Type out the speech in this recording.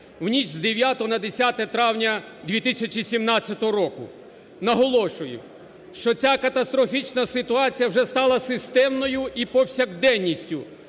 в ніч з 9 на 10 травня 2017 року. Наголошую, що ця катастрофічна ситуація вже стала системною і повсякденністю